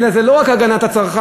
שזה לא רק הגנת הצרכן,